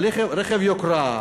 אבל רכב יוקרה,